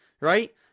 right